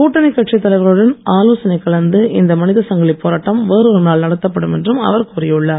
கூட்டணி கட்சித் தலைவர்களுடன் ஆலோசனை கலந்து இந்த மனிதசங்கிலி போராட்டம் வேறொரு நாள் நடத்தப்படும் என்றும் அவர் கூறியுள்ளார்